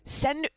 send